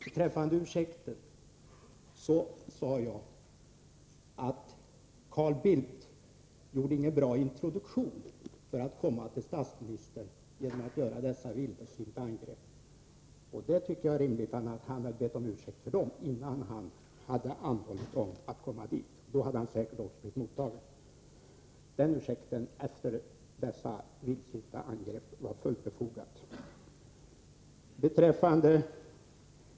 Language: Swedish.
Beträffande ursäkten sade jag att Carl Bildt gjorde ingen bra introduktion för att komma till statsministern genom att göra dessa vildsinta angrepp. Jag tycker att det hade varit rimligt att be om ursäkt för dem innan han anhållit om att få träffa statsministern. Då hade han säkert blivit mottagen.